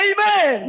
Amen